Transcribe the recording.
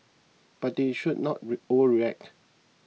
but they should not re overreact